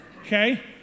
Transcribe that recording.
okay